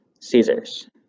Caesar's